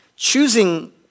Choosing